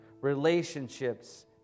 relationships